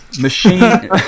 Machine